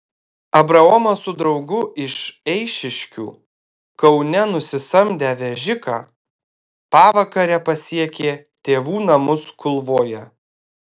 abraomas su draugu iš eišiškių kaune nusisamdę vežiką pavakare pasiekė tėvų namus kulvoje